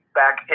back